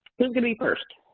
who's gonna be first?